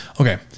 okay